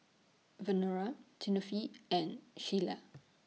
Verona Tiffany and Sheilah